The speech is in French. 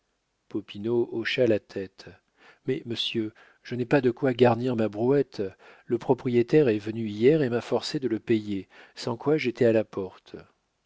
hocha la tête mais monsieur je n'ai pas de quoi garnir ma brouette le propriétaire est venu hier et m'a forcée de le payer sans quoi j'étais à la porte